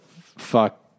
fuck